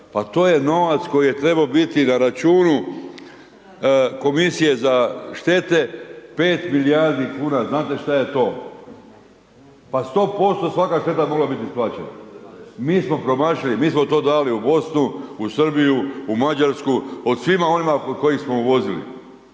pa to je novac koji je trebao biti na računu komisije za štete, 5 milijardi kuna, znate šta je to, pa 100% svaka šteta je mogla biti plaćena. Mi smo promašili, mi smo to dali u Bosnu, u Srbiju, u Mađarsku, od svima onima od kojih smo uvozili.